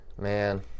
Man